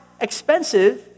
expensive